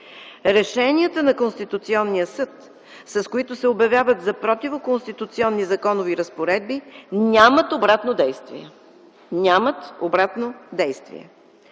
Решенията на Конституционния съд, с които се обявяват за противоконституционни законови разпоредби, нямат обратно действие.